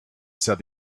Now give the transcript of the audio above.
said